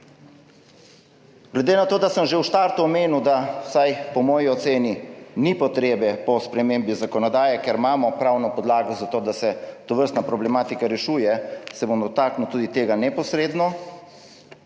Glede na to, da sem že v štartu omenil, da vsaj po moji oceni ni potrebe po spremembi zakonodaje, ker imamo pravno podlago za to, da se tovrstna problematika rešuje, se bom dotaknil tudi tega neposredno,